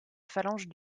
phalange